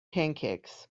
pancakes